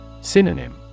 Synonym